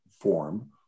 form